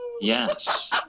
Yes